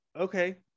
Okay